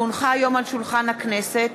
כי הונחו היום על שולחן הכנסת,